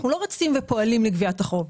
אנחנו לא רצים ופועלים לגביית החוב.